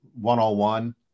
one-on-one